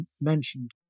mentioned